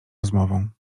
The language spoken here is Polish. rozmową